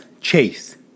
chase